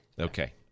Okay